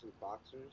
boxers